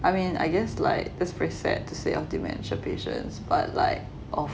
I mean I guess like that's very sad to say of dementia patients but like of